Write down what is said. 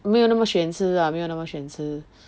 没有那么选吃 lah 没有那么选吃